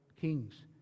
Kings